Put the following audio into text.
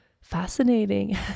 fascinating